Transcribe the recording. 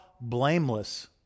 blameless